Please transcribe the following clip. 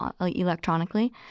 electronically